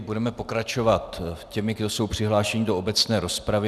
Budeme pokračovat těmi, kdo jsou přihlášeni do obecné rozpravy.